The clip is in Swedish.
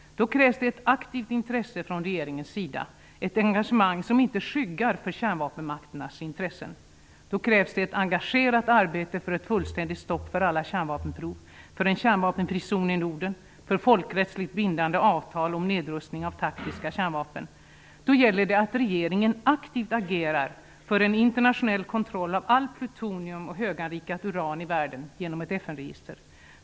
Då krävs det ett aktivt intresse från regeringens sida och ett engagemang som inte skyggar för kärnvapenmakternas intressen. Då krävs det ett engagerat arbete för ett fullständigt stopp för alla kärnvapenprov, för en kärnvapenfri zon i Norden och för folkrättsligt bindande avtal om nedrustning av taktiska kärnvapen. Då gäller det att regeringen aktivt agerar för en internationell kontroll av allt plutonium och höganrikat uran i världen genom ett FN-register.